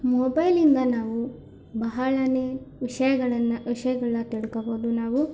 ಮೊಬೈಲಿಂದ ನಾವು ಬಹಳನೇ ವಿಷಯಗಳನ್ನ ವಿಷಯಗಳನ್ನ ತಿಳ್ಕೊಬೋದು ನಾವು